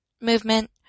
movement